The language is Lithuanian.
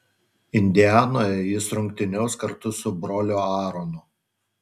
indianoje jis rungtyniaus kartu su broliu aaronu